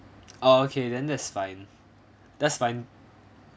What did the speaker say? oh okay then that's fine that's fine